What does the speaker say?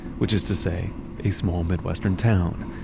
which is to say a small midwestern town,